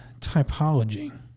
typology